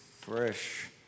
fresh